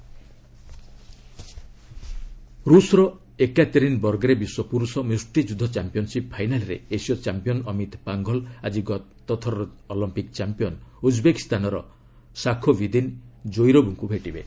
boxing ରୁଷ୍ର ଏକାତେରିନ୍ବର୍ଗ୍ରେ ବିଶ୍ୱ ପୁରୁଷ ମୁଷ୍ଟିଯୁଦ୍ଧ ଚାମ୍ପିୟନ୍ସିପ୍ ଫାଇନାଲ୍ରେ ଏସୀୟ ଚାମ୍ପିୟନ୍ ଅମିତ୍ ପାଙ୍ଘଲ୍ ଆଜି ଗତଥରର ଅଲମ୍ପିକ୍ ଚାମ୍ପିୟନ୍ ଉଜ୍ବେକିସ୍ତାନର ସାଖୋବିଦିନ୍ କୋଇରୋବ୍ଙ୍କ ଭେଟିବେ